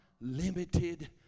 limited